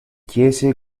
chiese